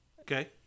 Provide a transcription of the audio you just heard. Okay